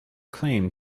claim